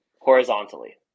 horizontally